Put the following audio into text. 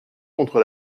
contre